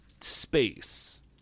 space